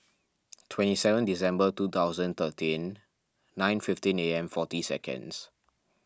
twenty seven December two thousand thirteen nine fifteen A M forty seconds